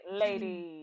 ladies